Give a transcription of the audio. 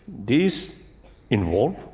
these involve.